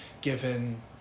given